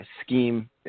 scheme